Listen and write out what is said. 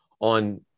on